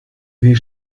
sie